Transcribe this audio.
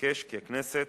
אבקש כי הכנסת